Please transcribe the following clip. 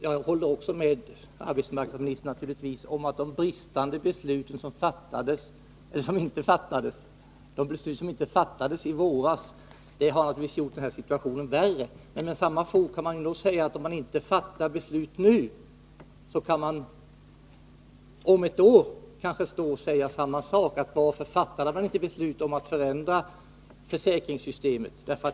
Jag håller med arbetsmarknadsministern om att det förhållandet att beslut som borde ha fattats i våras inte fattades naturligtvis har gjort situationen värre. Men med samma fog kan då sägas att om man inte fattar beslut nu, så kanske vi står här om ett år och säger: Varför fattade vi inte beslut om att förändra försäkringssystemet?